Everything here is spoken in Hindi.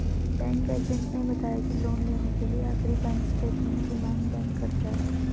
बैंक एजेंट ने बताया की लोन लेने के लिए आखिरी बैंक स्टेटमेंट की मांग बैंक करता है